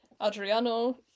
Adriano